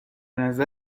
نظر